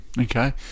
okay